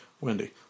Wendy